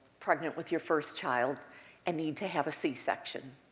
pregnant with your first child and need to have a c-section.